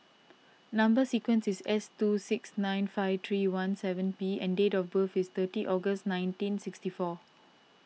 Number Sequence is S two six nine five three one seven P and date of birth is thirty August nineteen sixty four